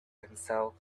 himself